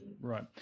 Right